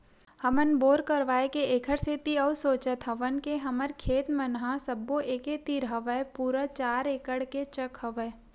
हमन बोर करवाय के ऐखर सेती अउ सोचत हवन के हमर खेत मन ह सब्बो एके तीर हवय पूरा चार एकड़ के चक हवय